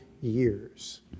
years